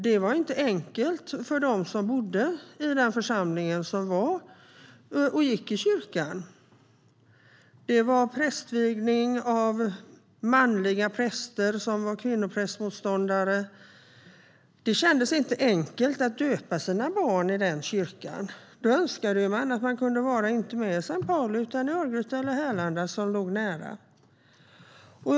Det var inte enkelt för dem som bodde i den församlingen och gick i kyrkan. Det skedde prästvigningar av manliga präster som var kvinnoprästmotståndare. Det kändes inte enkelt att döpa sina barn i den kyrkan. Då önskade man att man kunde vara med i närliggande Örgryte eller Härlanda församling i stället för i Sankt Pauli församling.